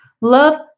love